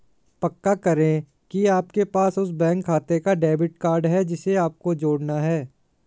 पक्का करें की आपके पास उस बैंक खाते का डेबिट कार्ड है जिसे आपको जोड़ना है